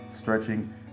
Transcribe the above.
stretching